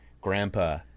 grandpa